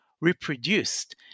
reproduced